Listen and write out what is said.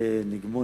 נגמור,